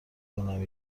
کنم